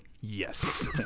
yes